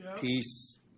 Peace